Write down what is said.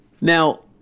Now